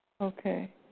Okay